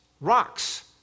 rocks